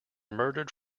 murdered